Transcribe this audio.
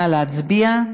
נא להצביע.